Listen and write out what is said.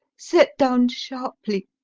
set down sharply.